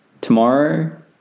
Tomorrow